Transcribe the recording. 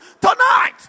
tonight